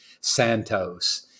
Santos